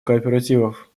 кооперативов